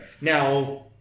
Now